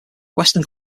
western